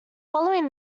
following